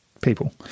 people